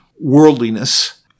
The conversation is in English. worldliness